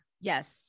Yes